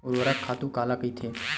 ऊर्वरक खातु काला कहिथे?